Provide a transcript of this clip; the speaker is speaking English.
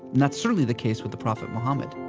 and that's certainly the case with the prophet muhammad